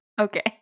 Okay